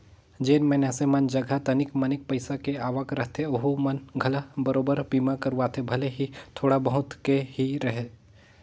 जेन मइनसे मन जघा तनिक मनिक पईसा के आवक रहथे ओहू मन घला बराबेर बीमा करवाथे भले ही थोड़ा बहुत के ही रहें